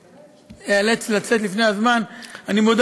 אני רוצה לספר לכם על ילדה קטנה בשם עדי יקיר,